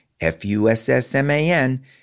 F-U-S-S-M-A-N